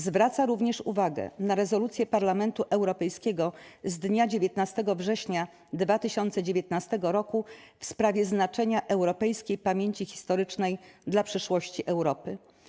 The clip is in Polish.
Zwraca również uwagę na Rezolucję Parlamentu Europejskiego z dnia 19 września 2019 r. w sprawie znaczenia europejskiej pamięci historycznej dla przyszłości Europy.